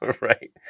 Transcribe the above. Right